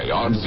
on